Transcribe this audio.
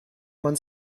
man